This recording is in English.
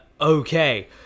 Okay